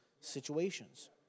situations